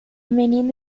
menino